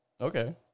okay